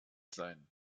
sein